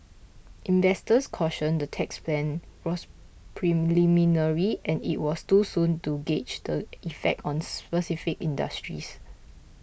investors cautioned the tax plan was preliminary and it was too soon to gauge the effect on specific industries